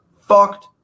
fucked